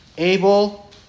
Abel